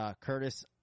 Curtis